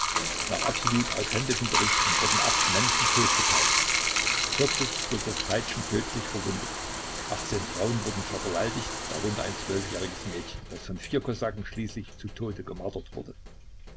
nach absolut authentischen berichten wurden acht menschen totgepeitscht durch das peitschen tödlich verwundet frauen wurden vergewaltigt darunter ein zwölfjähriges mädchen das von kosaken schließlich zu tode gemartert wurde